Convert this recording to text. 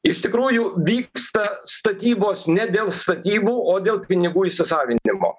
iš tikrųjų vyksta statybos ne dėl statybų o dėl pinigų įsisavinimo